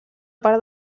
part